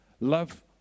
love